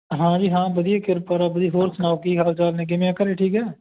ਹਾਂਜੀ ਹਾਂ ਵਧੀਆ ਕਿਰਪਾ ਰੱਬ ਦੀ ਹੋਰ ਸੁਣਾਓ ਕੀ ਹਾਲ ਚਾਲ ਨੇ ਕਿਵੇਂ ਆ ਘਰ ਠੀਕ ਹੈ